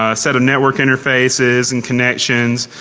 ah set of network interfaces and connections,